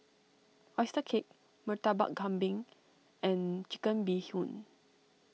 Oyster Cake Murtabak Kambing and Chicken Bee Hoon